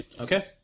Okay